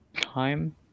time